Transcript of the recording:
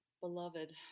Beloved